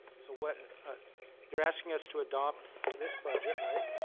so what you're asking us to adopt this budget right?